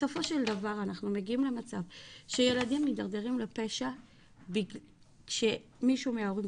בסופו של דבר אנחנו מגיעים למצב שילדים מתדרדרים לפשע כשמישהו מההורים,